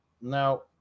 Now